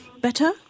better